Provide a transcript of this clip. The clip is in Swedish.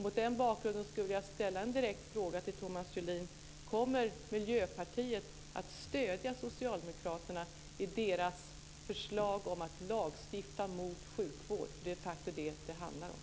Mot den bakgrunden skulle jag vilja ställa en direkt fråga till Thomas Julin: Kommer Miljöpartiet att stödja socialdemokraterna i deras förslag om att lagstifta mot sjukvård, för det är vad det de facto handlar om?